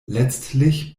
letztlich